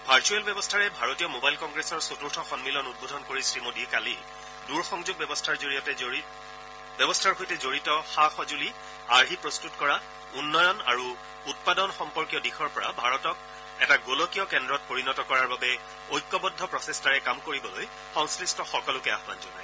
virtual ব্যৱস্থাৰে ভাৰতীয় mobile কংগ্ৰেছৰ চতুৰ্থ সন্মিলন উদ্বোধন কৰি শ্ৰীমোদীয়ে কালি দূৰসংযোগ ব্যৱস্থাৰ সৈতে জড়িত সা সজুলি আৰ্হি প্ৰস্তত কৰা উন্নয়ন আৰু উৎপাদন সম্পৰ্কীয় দিশৰ পৰা ভাৰতক এটা গোলকীয় কেন্দ্ৰত পৰিণত কৰাৰ বাবে ঐক্যবদ্ধ প্ৰচেষ্টাৰে কাম কৰিবলৈ সংশ্লিষ্ট সকলোকে আহবান জনায়